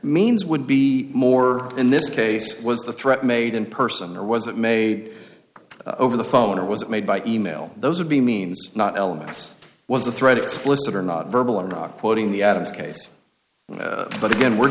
means would be more in this case was the threat made in person or was it made over the phone or was it made by e mail those would be means not elements was a threat explicit or not verbal or not quoting the adams case but again we're